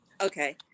Okay